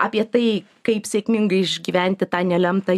apie tai kaip sėkmingai išgyventi tą nelemtą